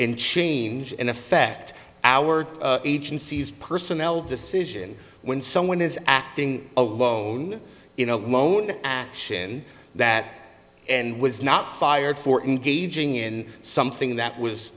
and change and affect our agency's personnel decision when someone is acting alone you know won't action that and was not fired for engaging in something that